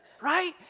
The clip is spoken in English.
right